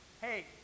Hey